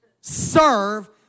serve